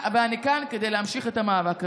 אני כאן כדי להמשיך את המאבק הזה.